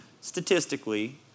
statistically